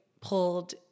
pulled